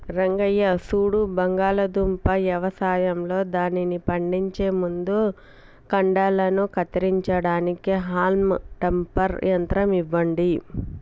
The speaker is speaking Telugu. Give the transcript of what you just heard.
రంగయ్య సూడు బంగాళాదుంప యవసాయంలో దానిని పండించే ముందు కాండలను కత్తిరించడానికి హాల్మ్ టాపర్ యంత్రం ఇవ్వండి